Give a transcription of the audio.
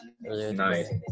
Nice